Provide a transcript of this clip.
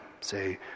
Say